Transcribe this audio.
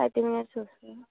thirty మినిట్స్లో వస్తుందా